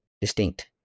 distinct